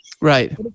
right